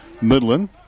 Midland